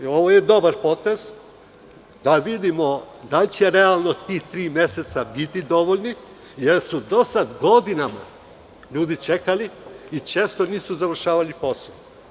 Ovo je dobar potez da vidimo da li će realno tih tri meseca biti dovoljno, jer su do sada godinama ljudi čekali i često nisu završavali posao.